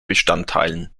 bestandteilen